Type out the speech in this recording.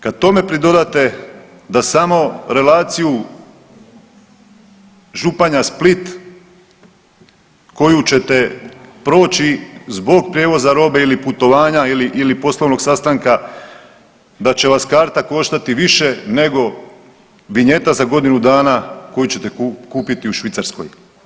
Kad tome pridodate da samo relaciju Županja-Split koju ćete proći zbog prijevoza robe ili putovanja ili, ili poslovnog sastanka da će vas karta koštati više nego vinjeta za godinu dana koju ćete kupiti u Švicarskoj.